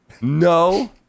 no